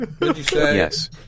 Yes